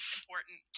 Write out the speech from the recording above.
important